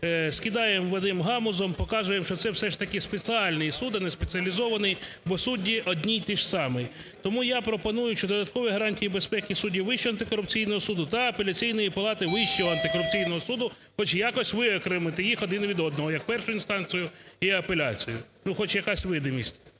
скидаємо в один гамузом, показуємо, що це все ж таки спеціальний суд, а не спеціалізований, бо судді одні і ті ж самі. Тому я пропоную, що додаткові гарантії безпеки суддів Вищого антикорупційного суду та Апеляційної палати Вищого антикорупційного суду хоч якось виокремити їх один від одного, як першу інстанцію і апеляцію. Ну, хоч якась видимість.